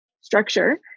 structure